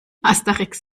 asterix